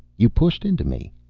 you pushed into me.